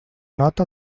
nota